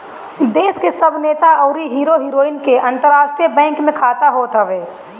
देस के सब नेता अउरी हीरो हीरोइन के अंतरराष्ट्रीय बैंक में खाता होत हअ